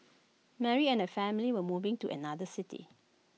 Mary and her family were moving to another city